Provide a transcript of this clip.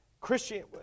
Christian